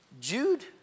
Jude